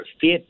fit